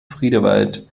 friedewald